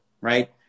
right